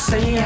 Say